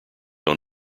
own